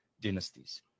dynasties